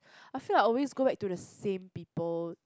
I feel like I always go back to the same people